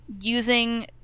using